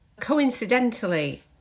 Coincidentally